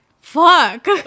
fuck